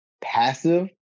passive